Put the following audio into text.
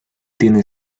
tiene